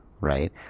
right